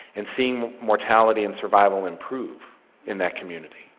and seeing mortality and survival improve in that community.